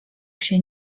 się